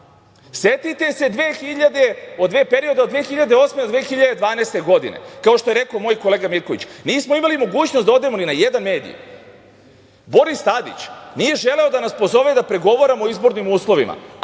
perioda od 2008. do 2012. godine. Kao što je rekao moj kolega Mirković, nismo imali mogućnost da odemo ni na jedan medij. Boris Tadić nije želeo da nas pozove da pregovaramo o izbornim uslovima,